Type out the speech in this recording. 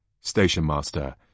stationmaster